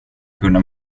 kunna